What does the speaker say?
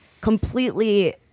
completely